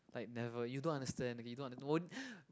like never you don't understand okay you don't under~ don't